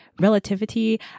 relativity